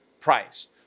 price